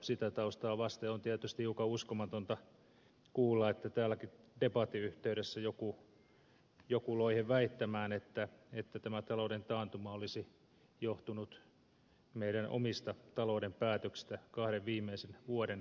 sitä taustaa vasten on tietysti hiukan uskomatonta kuulla että täälläkin debatin yhteydessä joku loihe väittämään että tämä talouden taantuma olisi johtunut meidän omista talouden päätöksistä kahden viimeisen vuoden aikana